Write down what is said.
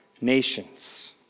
nations